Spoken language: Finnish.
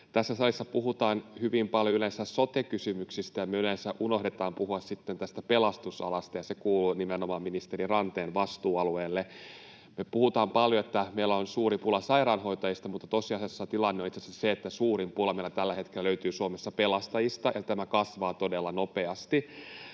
Tässä salissa puhutaan yleensä hyvin paljon sote-kysymyksistä, ja me yleensä unohdetaan sitten puhua tästä pelastusalasta, ja se kuuluun nimenomaan ministeri Ranteen vastuualueelle. Me puhutaan paljon, että meillä on suuri pula sairaanhoitajista, mutta tosiasiassa tilanne on itse asiassa se, että suurin pula Suomessa tällä hetkellä löytyy pelastajista, ja tämä kasvaa todella nopeasti.